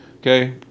Okay